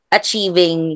achieving